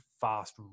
fast